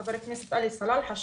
חבר הכנסת עלי סלאלחה,